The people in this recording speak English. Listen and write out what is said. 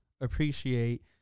appreciate